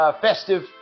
festive